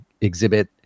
exhibit